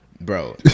Bro